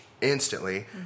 instantly